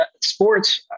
sports